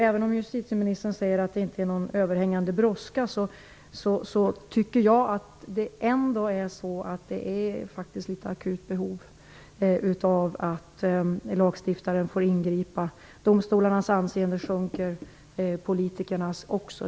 Även om justitieministern säger att det inte är någon överhängande brådska tycker jag att det är ett akut behov av att lagstiftaren får ingripa. Domstolarnas anseende sjunker och politikernas också.